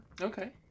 Okay